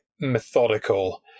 methodical